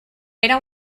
era